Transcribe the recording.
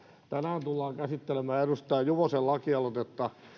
tänään tullaan käsittelemään edustaja juvosen lakialoitetta